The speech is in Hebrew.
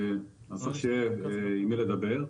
צריך שיהיה עם מי לדבר,